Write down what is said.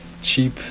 cheap